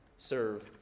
serve